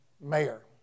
mayor